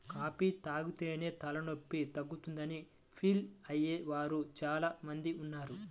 coffee తాగితేనే తలనొప్పి తగ్గుతుందని ఫీల్ అయ్యే వారు చాలా మంది ఉన్నారు